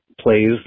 plays